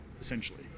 essentially